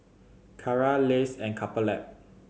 Kara Lays and Couple Lab